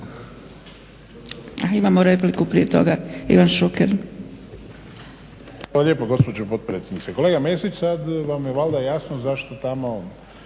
imamo repliku prije toga. Ivan Šuker.